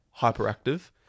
hyperactive